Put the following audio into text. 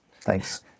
Thanks